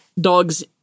dogs